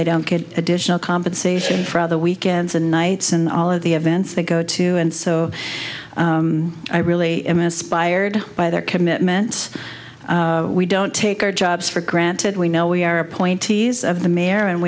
they don't get additional compensation for the weekends and nights and all of the events they go to and so i really am inspired by their commitments we don't take our jobs for granted we know we are appointees of the mayor and